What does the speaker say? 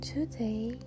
Today